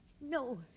No